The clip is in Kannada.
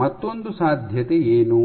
ಮತ್ತೊಂದು ಸಾಧ್ಯತೆ ಏನು